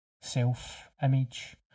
self-image